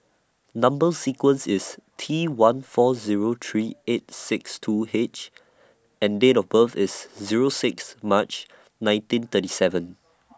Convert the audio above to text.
Number sequence IS T one four Zero three eight six two H and Date of birth IS Zero six March nineteen thirty seven